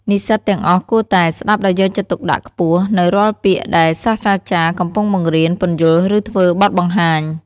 និស្សិតទាំងអស់គួរតែ ស្ដាប់ដោយយកចិត្តទុកដាក់ខ្ពស់ នៅរាល់ពេលដែលសាស្រ្តាចារ្យកំពុងបង្រៀន ពន្យល់ ឬធ្វើបទបង្ហាញ។